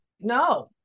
no